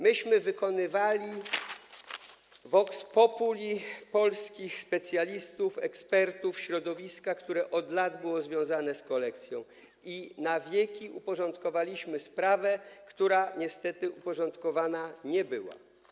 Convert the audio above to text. Kierowaliśmy się vox populi, opinią polskich specjalistów, ekspertów, środowiska, które od lat było związane z kolekcją, i na wieki uporządkowaliśmy sprawę, która niestety uporządkowana nie była.